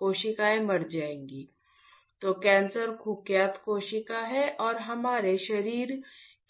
कोशिकाएं मर जाएगी तो कैंसर कुख्यात कोशिकाएं हैं और हमारे शरीर